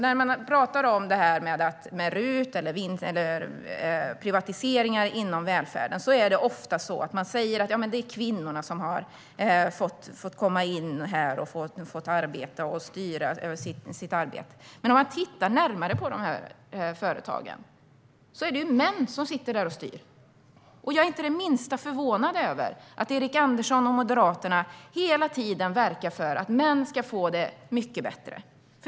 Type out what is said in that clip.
När man pratar RUT och privatiseringar inom välfärden säger man ofta att det är kvinnorna som har fått arbete och fått styra över sitt arbete. Men låt oss titta närmare på företagen. Det är män som styr. Jag är inte det minsta förvånad över att Erik Andersson och Moderaterna hela tiden verkar för att män ska få det mycket bättre.